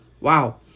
Wow